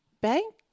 Bank